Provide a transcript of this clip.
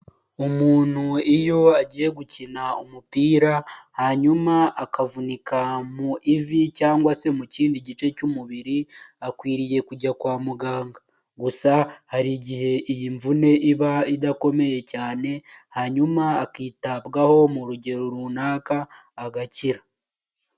Umuntu iyo agiye gukina umupira, hanyuma akavunika mu ivi cyangwa se mu kindi gice cy'umubiri, akwiriye kujya kwa muganga, gusa hari igihe iyi mvune iba idakomeye cyane, hanyuma akitabwaho mu rugero runaka agakira.